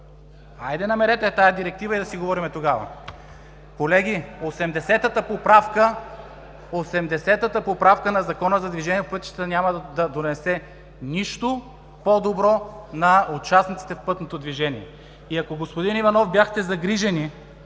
Хайде, намерете я тази Директива и да си говорим тогава! Колеги, осемдесетата поправка на Закона за движение по пътищата няма да донесе нищо по-добро на участниците в пътното движение. И ако, господин Иванов, бяхте загрижени